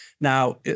Now